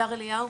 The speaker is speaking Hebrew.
הדר אליהו,